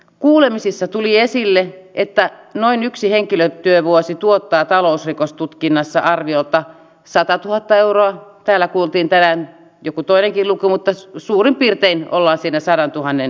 kuulemisissa tuli esille että noin yksi henkilötyövuosi tuottaa talousrikostutkinnassa arviolta satatuhatta euroa täällä kuultiin tänään joku toinenkin luku mutta suurin piirtein kollaasina sadantuhannen